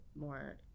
more